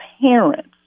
parents